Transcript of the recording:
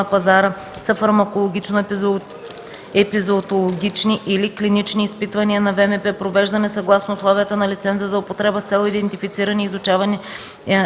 пазара” са фармакологично-епизоотологични или клинични изпитвания на ВМП, провеждани съгласно условията на лиценза за употреба с цел идентифициране и изучаване